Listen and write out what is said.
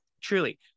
Truly